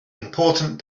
important